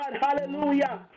Hallelujah